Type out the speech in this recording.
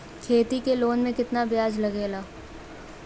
खेती के लोन में कितना ब्याज लगेला?